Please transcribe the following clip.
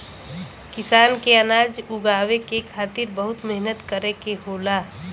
किसान के अनाज उगावे के खातिर बहुत मेहनत करे के होला